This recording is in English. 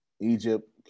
Egypt